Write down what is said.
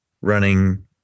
Running